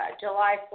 July